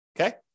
Okay